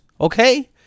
Okay